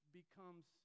becomes